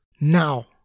now